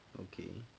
okay